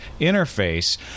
interface